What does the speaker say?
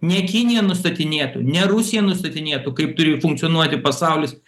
ne kinija nustatinėtų ne rusija nustatinėtų kaip turi funkcionuoti pasaulis